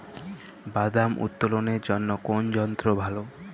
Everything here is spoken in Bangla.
বাদাম উত্তোলনের জন্য কোন যন্ত্র ভালো?